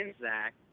Zach